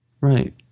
Right